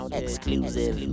exclusive